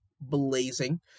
blazing